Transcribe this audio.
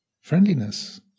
friendliness